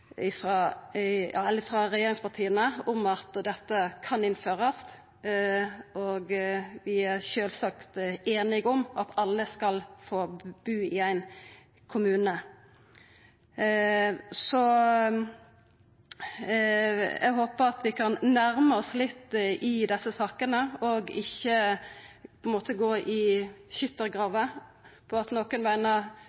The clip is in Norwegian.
frå regjeringspartia i at dette kan innførast, og er sjølvsagt einig i at alle skal få bu i ein kommune. Så eg håper at vi kan nærma oss kvarandre litt i desse sakene og ikkje gå i